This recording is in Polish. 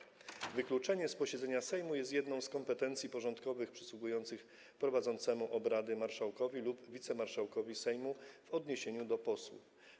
Wykluczenie z posiedzenia Sejmu jest jedną z kompetencji porządkowych przysługujących prowadzącemu obrady marszałkowi lub wicemarszałkowi Sejmu w odniesieniu do posłów.